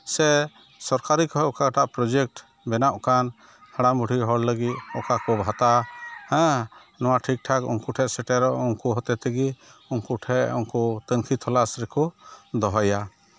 ᱥᱮ ᱥᱚᱨᱠᱟᱨᱤ ᱠᱷᱚᱡ ᱚᱠᱟᱴᱟᱜ ᱯᱨᱚᱡᱮᱠᱴ ᱵᱮᱱᱟᱜ ᱠᱟᱱ ᱦᱟᱲᱟᱢ ᱵᱩᱰᱷᱤ ᱦᱚᱲ ᱞᱟᱹᱜᱤᱫ ᱚᱠᱟ ᱠᱚ ᱵᱷᱟᱛᱟ ᱦᱮᱸ ᱱᱚᱣᱟ ᱴᱷᱤᱠ ᱴᱷᱟᱠ ᱩᱱᱠᱩ ᱴᱷᱮᱡ ᱥᱮᱴᱮᱨᱚᱜ ᱩᱱᱠᱩ ᱦᱚᱛᱮ ᱛᱮᱜᱮ ᱩᱱᱠᱩ ᱴᱷᱮᱡ ᱩᱱᱠᱩ ᱛᱩᱱᱠᱷᱤ ᱛᱚᱞᱟᱥ ᱨᱮᱠᱚ ᱫᱚᱦᱚᱭᱟ